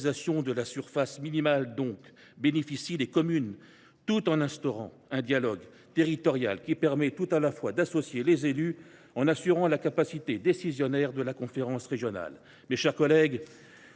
de mutualisation de la surface minimale dont bénéficient les communes, tout en instaurant un dialogue territorial qui permet tout à la fois d’associer les élus et d’assurer la capacité décisionnaire de la conférence régionale.